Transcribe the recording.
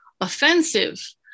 offensive